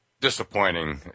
disappointing